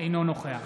אינו נוכח